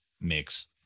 mix